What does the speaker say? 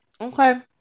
Okay